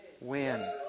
win